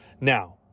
now